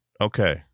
Okay